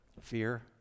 Fear